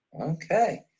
Okay